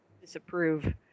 disapprove